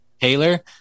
Taylor